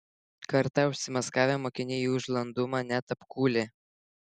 kartą užsimaskavę mokiniai jį už landumą net apkūlę